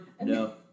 No